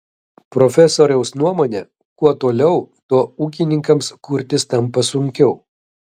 profesoriaus nuomone kuo toliau tuo ūkininkams kurtis tampa sunkiau